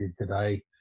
today